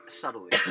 subtly